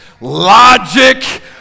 logic